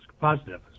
positive